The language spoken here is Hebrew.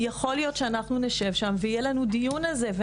יכול להיות שאנחנו נשב שם ויהיה לנו דיון על זה.